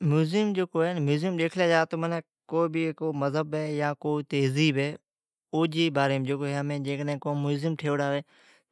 میوزم جکو، میوزم کو مذھب یا کو تھذیب ھی او جی باریم کو میوزم ٹھوڑی